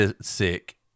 sick